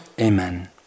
Amen